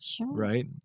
Right